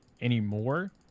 anymore